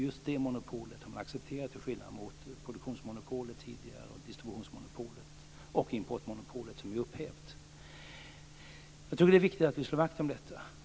Just det monopolet har man accepterat, till skillnad från produktionsmonopolet, distributionsmonopolet och importmonopolet, som är upphävt. Jag tror att det är viktigt att vi slår vakt om detta.